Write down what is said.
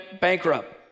bankrupt